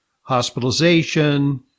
hospitalization